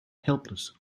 helpless